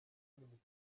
ministeri